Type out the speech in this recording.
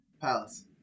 Palace